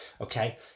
Okay